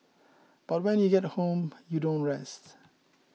but when you get home you don't rest